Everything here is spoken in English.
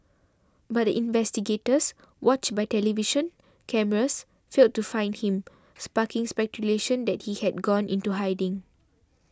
but the investigators watched by television cameras failed to find him sparking speculation that he had gone into hiding